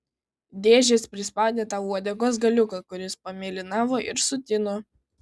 dėžės prispaudė tau uodegos galiuką kuris pamėlynavo ir sutino